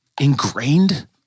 ingrained